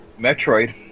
Metroid